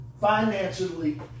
Financially